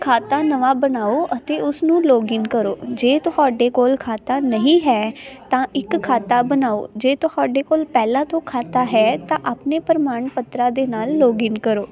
ਖਾਤਾ ਨਵਾਂ ਬਣਾਓ ਅਤੇ ਉਸਨੂੰ ਲੋਗਿਨ ਕਰੋ ਜੇ ਤੁਹਾਡੇ ਕੋਲ ਖਾਤਾ ਨਹੀਂ ਹੈ ਤਾਂ ਇੱਕ ਖਾਤਾ ਬਣਾਓ ਜੇ ਤੁਹਾਡੇ ਕੋਲ ਪਹਿਲਾਂ ਤੋਂ ਖਾਤਾ ਹੈ ਤਾਂ ਆਪਣੇ ਪ੍ਰਮਾਣ ਪੱਤਰਾਂ ਦੇ ਨਾਲ ਲੋਗਇਨ ਕਰੋ